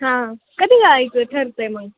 हां कधी जायचं ठरतं आहे मग